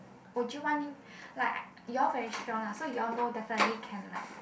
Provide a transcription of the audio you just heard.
would you want him like you all very strong lah so you all know definitely can like